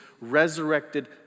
resurrected